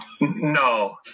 No